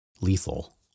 lethal